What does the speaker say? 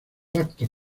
actos